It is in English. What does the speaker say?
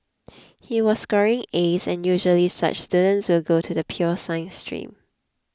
he was scoring As and usually such students will go to the pure science stream